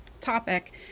topic